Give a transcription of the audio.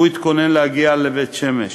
הוא התכונן להגיע לבית-שמש.